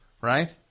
Right